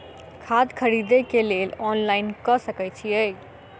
खाद खरीदे केँ लेल ऑनलाइन कऽ सकय छीयै?